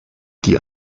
die